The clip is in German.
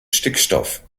stickstoff